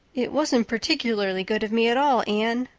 it wasn't particularly good of me at all, anne.